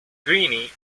greene